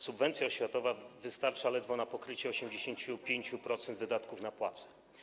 Subwencja oświatowa wystarcza ledwo na pokrycie 85% wydatków na płace.